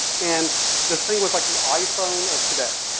and this thing was like the iphone of today.